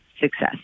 success